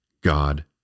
God